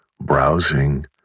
browsing